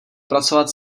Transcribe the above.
pracovat